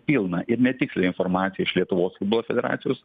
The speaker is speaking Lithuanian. pilna ir netiksli informacija iš lietuvos futbolo federacijos